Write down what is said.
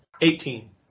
Eighteen